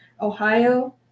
Ohio